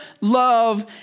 love